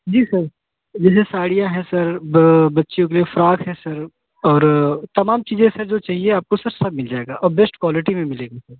जी sir जैसे साड़ियाँ हैं सर बच्चों के लिए फ्रॉक है सर और तमाम चीज़ें सर जो चाहिए सर आपको सब मिल जाएगा और बेस्ट क्वालिटी में मिलेगा सर